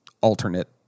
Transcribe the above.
alternate